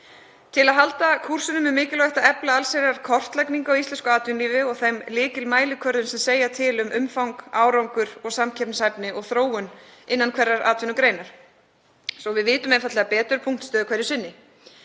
Til að halda kúrsinum er mikilvægt að efla allsherjarkortlagningu á íslensku atvinnulífi og þeim lykilmælikvörðum sem segja til um umfang, árangur og samkeppnishæfni og þróun innan hverrar atvinnugreinar, svo við vitum einfaldlega betur punktastöðu hverju sinni.